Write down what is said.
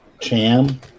cham